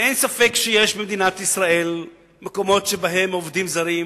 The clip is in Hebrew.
אין ספק שיש במדינת ישראל מקומות שבהם עובדים זרים